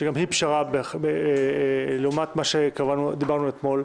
שגם זאת פשרה לעומת מה שדיברנו עליו אתמול,